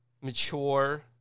mature